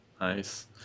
Nice